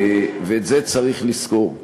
ואת זה צריך לזכור.